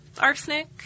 arsenic